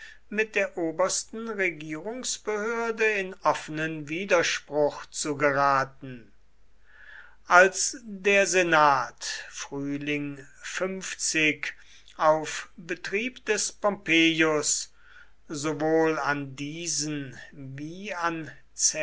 mit der obersten regierungsbehörde in offenen widerspruch zu geraten als der senat auf betrieb des pompeius sowohl an diesen wie an